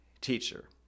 teacher